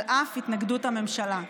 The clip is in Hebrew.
על אף התנגדות הממשלה.